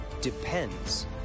depends